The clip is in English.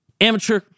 amateur